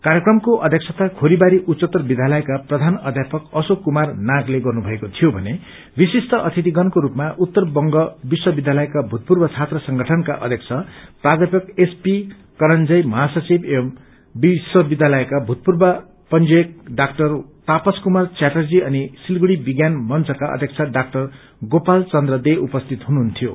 कार्यक्रमको अध्यक्षता खोरीबारी उच्चतर विद्यालयका प्रधान अध्यापक अशोक कुमार नागले गर्नुभएको थियो भने विशिष्ट अतिथिगणको रूपमा उत्तर बंग विश्वविद्यालायका भूतपूर्व छात्र संगठनका अध्यक्ष प्राध्यापक एसपी करंजय महासचिव एवं विश्वविद्यालयका भूतपूर्व पंजीयक डाक्टर तापस कुमार च्याटर्जी अनि सिलगढ़ी विज्ञान मंचका अध्यक्ष डाक्टर गोपालचन्द्र दे उपस्थित हुनुहुन्थ्यो